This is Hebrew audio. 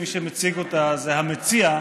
מי שמציג אותה זה המציע,